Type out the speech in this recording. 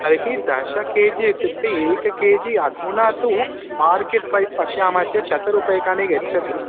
तर्हि दश K G इत्युक्ते एकं के जि अधुना तु मार्केट् पश्यामः चेत् शतरूप्यकाणि यच्छति